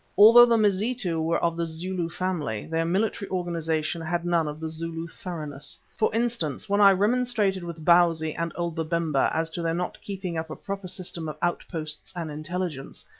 although the mazitu were of the zulu family, their military organization had none of the zulu thoroughness. for instance, when i remonstrated with bausi and old babemba as to their not keeping up a proper system of outposts and intelligence,